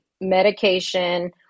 medication